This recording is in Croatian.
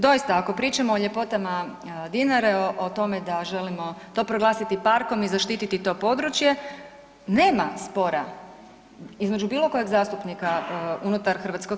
Doista ako pričamo o ljepotama Dinare, o tome da želimo to proglasiti parkom i zaštititi to područje nema spora između bilo kojeg zastupnika unutar HS.